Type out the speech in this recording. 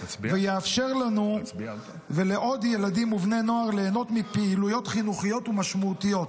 ויאפשר לנו ולעוד ילדים ובני נוער ליהנות מפעילויות חינוכיות משמעותיות.